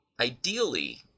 ideally